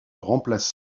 remplaçant